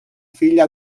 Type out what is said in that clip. figlia